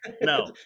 No